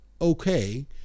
okay